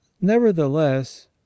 Nevertheless